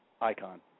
icon